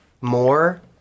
more